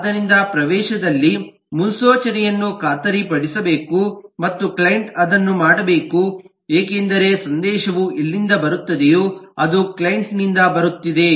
ಆದ್ದರಿಂದ ಪ್ರವೇಶದಲ್ಲಿ ಮುನ್ಸೂಚನೆಯನ್ನು ಖಾತರಿಪಡಿಸಬೇಕು ಮತ್ತು ಕ್ಲೈಂಟ್ ಅದನ್ನು ಮಾಡಬೇಕು ಏಕೆಂದರೆ ಸಂದೇಶವು ಎಲ್ಲಿಂದ ಬರುತ್ತದೆಯೋ ಅದು ಕ್ಲೈಂಟ್ ನಿಂದ ಬರುತ್ತಿದೆ